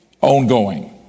Ongoing